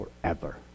forever